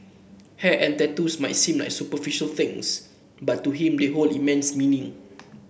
hair and tattoos might seem like superficial things but to him they hold immense meaning